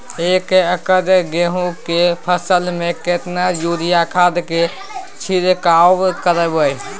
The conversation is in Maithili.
एक एकर गेहूँ के फसल में केतना यूरिया खाद के छिरकाव करबैई?